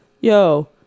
yo